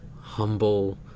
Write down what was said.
humble